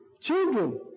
Children